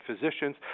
physicians